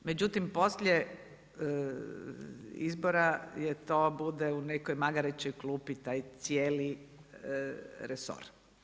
Međutim, poslije izbora to bude u nekoj magarećoj klupi taj cijeli resor.